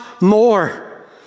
more